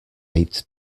eight